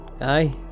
Aye